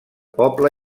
poble